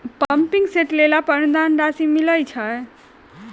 Pumping set लेला पर अनुदान राशि मिलय छैय?